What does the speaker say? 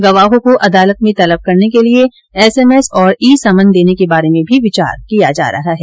गवाहों को अदालत में तलब करने के लिए एसएमएस और ई समन देने के बारे में भी विचार किया जा रहा है